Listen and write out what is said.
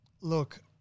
look